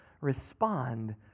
respond